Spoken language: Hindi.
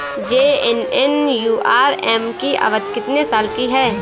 जे.एन.एन.यू.आर.एम की अवधि कितने साल की है?